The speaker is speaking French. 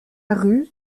rue